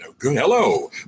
Hello